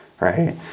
right